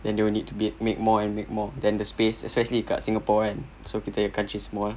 then they will need to be make more and make more then the space especially kat Singapore kan kitanya country small